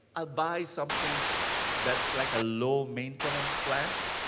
i'll buy something that's like a low-maintenance plant.